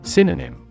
Synonym